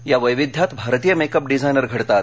या वैविध्यात भारतीय मेकअप डिझायनर घडतात